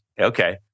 Okay